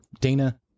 Dana